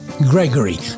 Gregory